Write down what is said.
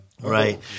right